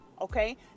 okay